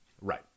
right